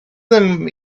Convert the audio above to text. them